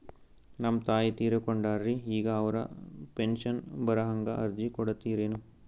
ನಮ್ ತಾಯಿ ತೀರಕೊಂಡಾರ್ರಿ ಈಗ ಅವ್ರ ಪೆಂಶನ್ ಬರಹಂಗ ಅರ್ಜಿ ಕೊಡತೀರೆನು?